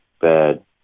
bad